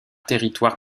territoire